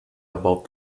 about